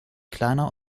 kleiner